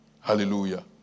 Hallelujah